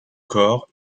corps